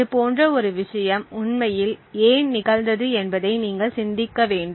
இதுபோன்ற ஒரு விஷயம் உண்மையில் ஏன் நிகழ்ந்தது என்பதை நீங்கள் சிந்திக்க வேண்டும்